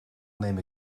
neem